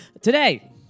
Today